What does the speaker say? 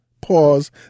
Pause